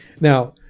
Now